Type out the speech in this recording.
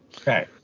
Okay